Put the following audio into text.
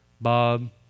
Bob